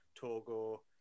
Togo